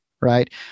right